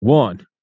one